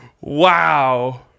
Wow